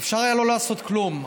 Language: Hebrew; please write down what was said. אפשר היה לא לעשות כלום.